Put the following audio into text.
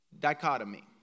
dichotomy